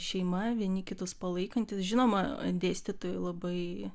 šeima vieni kitus palaikantys žinoma dėstytojai labai